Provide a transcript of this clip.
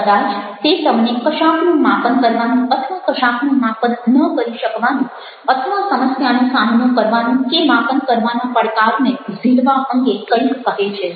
કદાચ તે તમને કશાકનું માપન કરવાનું અથવા કશાકનું માપન ન કરી શકવાનું અથવા સમસ્યાનો સામનો કરવાનું કે માપન કરવાના પડકારને ઝીલવા અંગે કઈક કહે છે